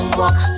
walk